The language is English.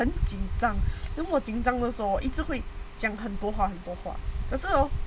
很紧张那么紧张都是 hor 我会这样我会一直讲很多很多话可是 hor